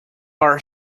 are